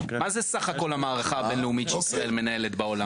מה זה סך הכול המערכה הבין-לאומית שישראל מנהלת בעולם?